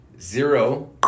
Zero